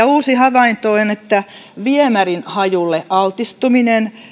uusi havainto on että viemärin hajulle altistuminen